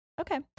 Okay